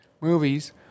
movies